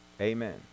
Amen